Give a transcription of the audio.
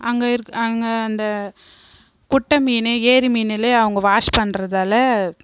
அங்கே இருக் அங்கே அந்த குட்டை மீன் ஏரி மீனுல அவங்க வாஷ் பண்ணுறதால